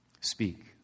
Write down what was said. Speak